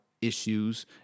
issues